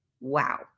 wow